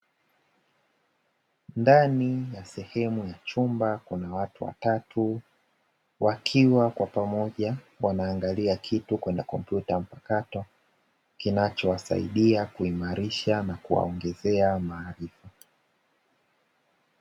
Ndani ya sehemu ya chumba kuna watu watatu wakiwa kwa pamoja wanaangalia kitu kwenye kompyuta mpakato kinachowasaidia kuimarisha na kuwaongezea maarifa.